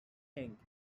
think